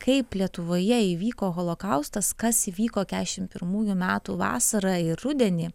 kaip lietuvoje įvyko holokaustas kas įvyko kešim pirmųjų metų vasarą ir rudenį